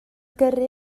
gyrru